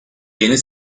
yeni